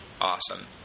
awesome